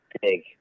Big